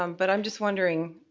um but i'm just wondering,